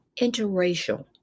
Interracial